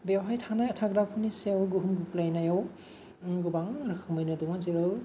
बेवहाय थाग्राफोरनि सायाव गोहोम खोख्लैनायाव गोबां रोखोमैनो दङ जेराव